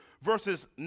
verses